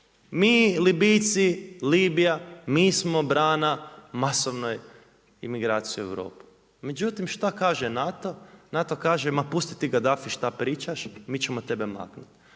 Mi Libijci, Libija mi smo brana masovnoj imigraciji u Europu. Međutim što kaže NATO? NATO kaže ma pusti ti Gaddafi šta pričaš, mi ćemo tebe maknuti.